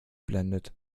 blendet